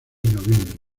noviembre